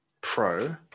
Pro